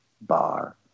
bar